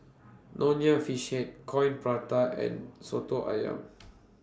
Nonya Fish Head Coin Prata and Soto Ayam